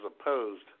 opposed